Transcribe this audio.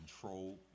control